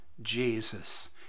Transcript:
Jesus